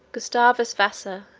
gustavus vassa,